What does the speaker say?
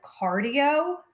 cardio